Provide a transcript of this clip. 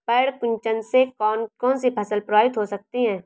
पर्ण कुंचन से कौन कौन सी फसल प्रभावित हो सकती है?